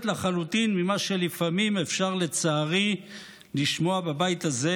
לחלוטין ממה שלפעמים אפשר לצערי לשמוע בבית הזה,